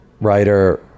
writer